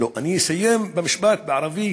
אני אסיים במשפט בערבית,